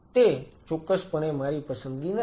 તે ચોક્કસપણે મારી પસંદગી નથી